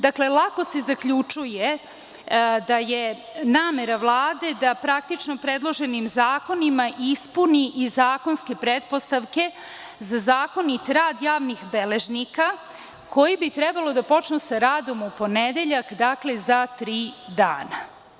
Dakle, lako se zaključuje da je namera Vlade da praktično predloženim zakonima ispuni i zakonske pretpostavke za zakonit rad javnih beležnika koji bi trebalo da počnu sa radom u ponedeljak, dakle, za tri dana.